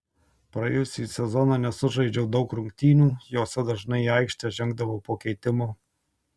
praėjusį sezoną nesužaidžiau daug rungtynių jose dažnai į aikštę žengdavau po keitimo